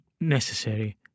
necessary